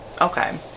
okay